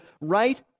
right